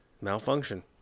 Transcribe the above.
Malfunction